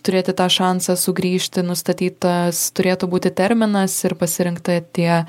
turėti tą šansą sugrįžti nustatytas turėtų būti terminas ir pasirinkta tie